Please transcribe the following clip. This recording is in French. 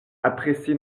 apprécié